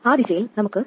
ആ ദിശയിൽ നമുക്ക് 2